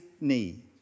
knee